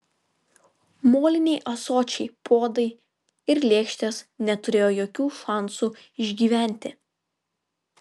moliniai ąsočiai puodai ir lėkštės neturėjo jokių šansų išgyventi